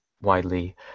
widely